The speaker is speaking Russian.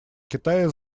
китая